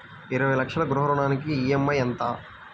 ఇరవై లక్షల గృహ రుణానికి ఈ.ఎం.ఐ ఎంత?